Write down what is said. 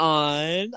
on